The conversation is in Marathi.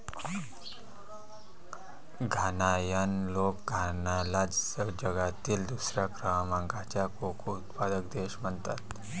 घानायन लोक घानाला जगातील दुसऱ्या क्रमांकाचा कोको उत्पादक देश म्हणतात